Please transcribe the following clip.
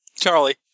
Charlie